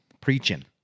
preaching